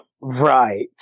right